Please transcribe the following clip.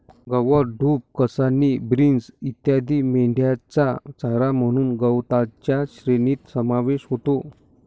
गवत, डूब, कासनी, बीन्स इत्यादी मेंढ्यांचा चारा म्हणून गवताच्या श्रेणीत समावेश होतो